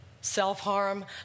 Self-harm